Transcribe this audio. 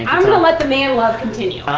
i'm going to let the main love continue.